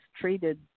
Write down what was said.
treated